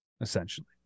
essentially